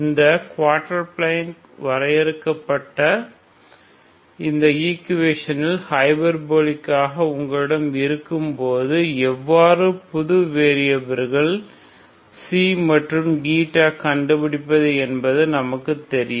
இந்த quarter plane வரையறுக்கப்பட்ட இந்த ஈக்குவேஷனில் ஹைபர்போலிக் ஆக உங்களிடம் இருக்கும் போது எவ்வாறு புது வேரியபில்கள் ξ மற்றும் η கண்டுபிடிப்பது என்பது நமக்கு தெரியும்